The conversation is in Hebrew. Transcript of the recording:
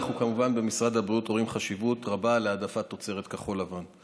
אנחנו כמובן במשרד הבריאות רואים חשיבות רבה בהעדפת תוצרת כחול-לבן.